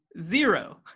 Zero